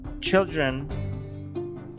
children